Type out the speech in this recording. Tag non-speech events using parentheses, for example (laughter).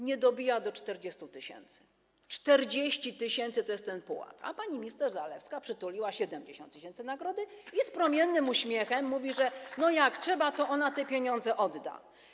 Nie dobija do 40 tys., 40 tys. to jest ten pułap, a pani minister Zalewska przytuliła 70 tys. nagrody (applause) i z promiennym uśmiechem mówi, że jak trzeba, to ona te pieniądze odda.